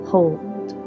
Hold